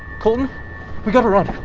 colton we got to run!